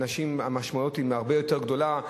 לאנשים המשמעות היא הרבה יותר גדולה,